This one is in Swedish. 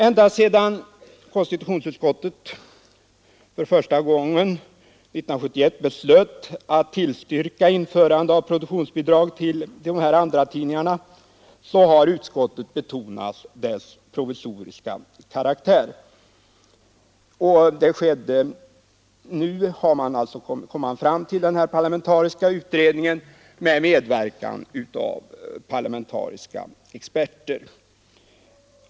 Ända sedan konstitutionsutskottet första gången 1971 beslöt att tillstyrka införande av produktionsbidrag till andratidningarna har utskottet betonat dess provisoriska karaktär. Man kam alltså då fram till en parlamentarisk utredning under medverkan av experter.